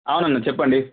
అవునండి చెప్పండి